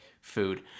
food